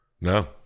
no